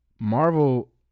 marvel